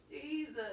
Jesus